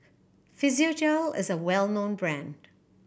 Physiogel is a well known brand